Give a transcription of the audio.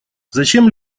зачем